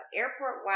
airport